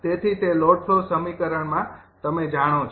તેથી તે load flow સમીકરણમાં તમે જાણો છો